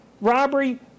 Robbery